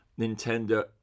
Nintendo